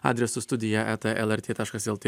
adresu studija eta lrt taškas lt